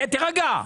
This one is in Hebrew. תירגע.